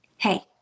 Hey